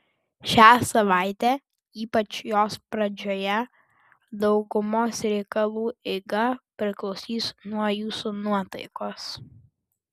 šią savaitę ypač jos pradžioje daugumos reikalų eiga priklausys nuo jūsų nuotaikos